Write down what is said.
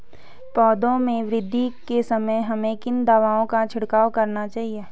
पौधों में वृद्धि के समय हमें किन दावों का छिड़काव करना चाहिए?